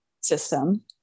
system